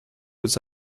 aux